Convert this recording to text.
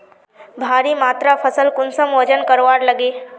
भारी मात्रा फसल कुंसम वजन करवार लगे?